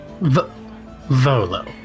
Volo